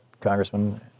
Congressman